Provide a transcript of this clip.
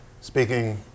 speaking